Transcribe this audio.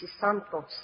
Santos